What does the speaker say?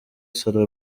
salon